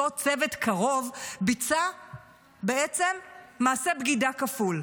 אותו צוות קרוב ביצע בעצם מעשה בגידה כפול.